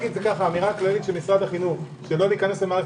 האמירה הכללית של משרד החינוך שלא להיכנס למערכת